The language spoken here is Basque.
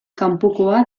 kanpokoa